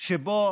שבו